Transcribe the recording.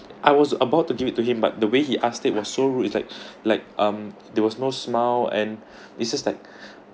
I was about to give it to him but the way he asked it was so rude it's like um there was no smile and he's just like